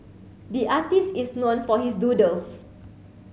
the artist is known for his doodles